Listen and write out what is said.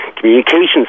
Communications